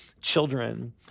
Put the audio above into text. children